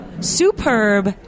superb